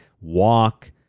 walk